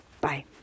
Bye